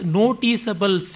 noticeable